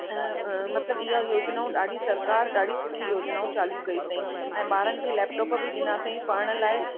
मतिलबु इहे योजनाऊं ॾाढी सरकारु ॾाढी सुठी योजनाऊं चालू कयूं अथई ऐं ॿारनि खे लैपटॉप बि ॾिना अथई पढ़ण लाइ